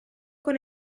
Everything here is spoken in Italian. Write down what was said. con